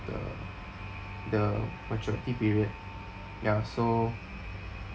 the the maturity period ya so